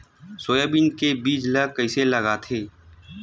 Soybean के बीज ल कइसे लगाथे?